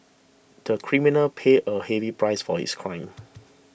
the criminal paid a heavy price for his crime